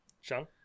Sean